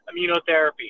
immunotherapy